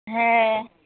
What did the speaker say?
হ্যাঁ